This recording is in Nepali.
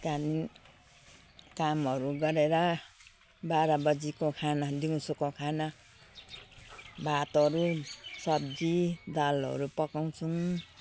त्यहाँदेखि कामहरू गरेर बाह्र बजीको खाना दिउँसोको खाना भातहरू सब्जी दालहरू पकाउँछौँ